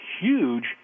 huge